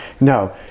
No